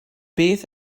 beth